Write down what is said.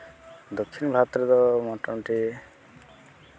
ᱫᱚᱠᱠᱷᱤᱱ ᱵᱷᱟᱨᱚᱛ ᱨᱮᱫᱚ ᱢᱳᱴᱟᱢᱩᱴᱤ